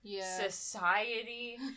society